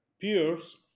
peers